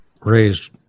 raised